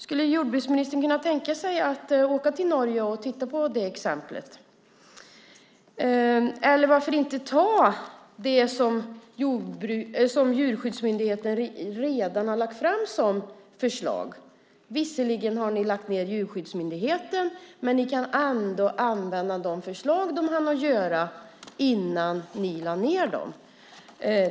Skulle jordbruksministern kunna tänka sig att åka till Norge och titta närmare på det exemplet? Varför inte ta det material som Djurskyddsmyndigheten redan har lagt fram som förslag? Visserligen har ni lagt ned Djurskyddsmyndigheten, men ni kan ändå använda de förslag som den hann utforma innan ni lade ned den.